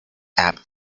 apt